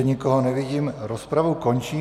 Nikoho nevidím, rozpravu končím.